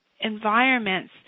environments